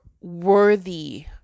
worthy